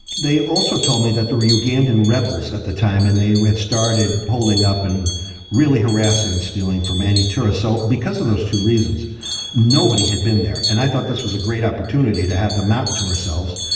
they also told me that there were ugandan rebels at the time and they had started holding up and really harassing and stealing from any tourists. so because of those two reasons nobody had been there. and i thought this was a great opportunity to have the mountain to ourselves.